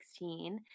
2016